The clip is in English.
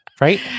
right